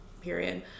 period